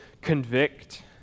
convict